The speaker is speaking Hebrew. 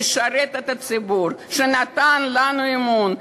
לשרת את הציבור שנתן בנו אמון,